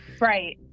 Right